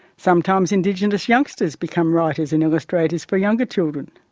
sometimes indigenous youngsters become writers and illustrators for younger children.